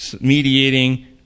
mediating